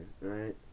right